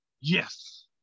Yes